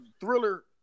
Thriller